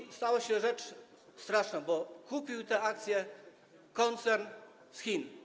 I stała się rzecz straszna, bo kupił te akcje koncern z Chin.